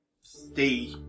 stay